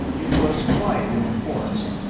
it was quiet in the forest,